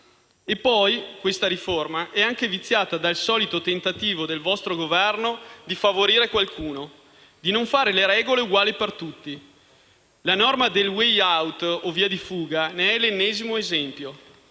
Questa riforma è anche viziata dal solito tentativo del vostro Governo di favorire qualcuno e di non fare le regole uguali per tutti. La norma del *way out* (o via di fuga) ne è l'ennesimo esempio.